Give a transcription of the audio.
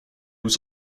was